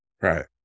Right